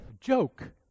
joke